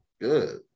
good